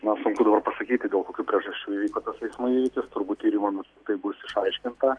man sunku dabar pasakyti dėl kokių priežasčių įvyko tas eismo įvykis turbūt tyrimo metu tai bus išaiškinta